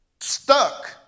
stuck